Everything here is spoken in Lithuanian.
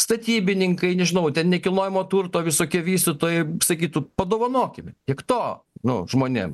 statybininkai nežinau ten nekilnojamo turto visokie vystytojai sakytų padovanokime tiek to nu žmonėm